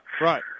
Right